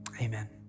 amen